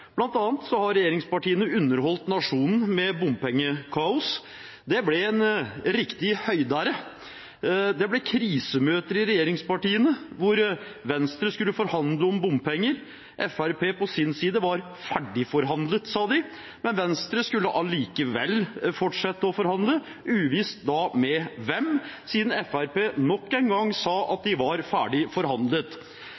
har så skjedd siden siste budsjettdebatt, tenkte jeg. Blant annet har regjeringspartiene underholdt nasjonen med bompengekaos. Det ble en riktig høydare. Det ble krisemøter i regjeringspartiene, hvor Venstre skulle forhandle om bompenger. Fremskrittspartiet på sin side var ferdigforhandlet, sa de, men Venstre skulle allikevel fortsette å forhandle, uvisst med hvem, siden Fremskrittspartiet nok en gang sa at